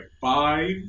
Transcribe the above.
five